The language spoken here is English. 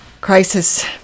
crisis